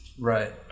Right